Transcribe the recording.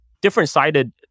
different-sided